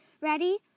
ready